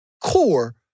core